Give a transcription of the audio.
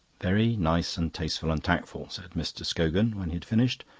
very nice and tasteful and tactful, said mr. scogan, when he had finished.